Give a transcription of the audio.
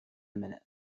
minute